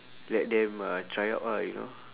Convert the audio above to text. let them uh try out ah you know